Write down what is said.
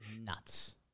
Nuts